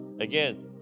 Again